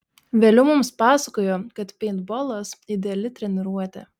vėliau mums pasakojo kad peintbolas ideali treniruotė